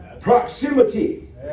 Proximity